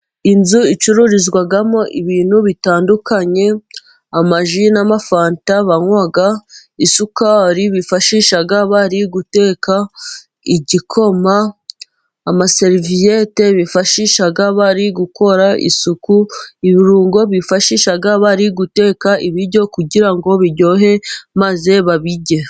Inzu icururizwamo ibintu bitandukanye: ama ji n'amafanta banywa, isukari bifashisha bari guteka igikoma, amaseriviyete bifashisha bari gukora isuku, ibirungo bifashisha bari guteka ibiryo kugira ngo biryohe maze babirye.